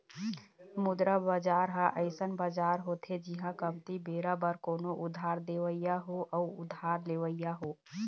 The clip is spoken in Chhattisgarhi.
मुद्रा बजार ह अइसन बजार होथे जिहाँ कमती बेरा बर कोनो उधार देवइया हो अउ उधार लेवइया हो